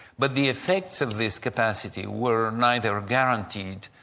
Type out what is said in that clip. but the effects of this capacity were neither guaranteed,